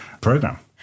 program